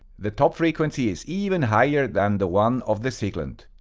the top frequency is even higher than the one of the siglent.